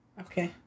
Okay